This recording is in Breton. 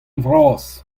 vras